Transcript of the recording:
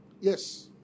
Yes